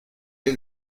est